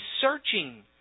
searching